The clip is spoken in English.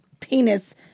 penis